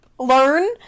learn